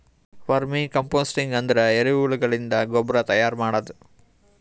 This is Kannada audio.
ವರ್ಮಿ ಕಂಪೋಸ್ಟಿಂಗ್ ಅಂದ್ರ ಎರಿಹುಳಗಳಿಂದ ಗೊಬ್ರಾ ತೈಯಾರ್ ಮಾಡದು